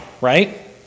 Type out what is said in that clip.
right